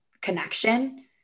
connection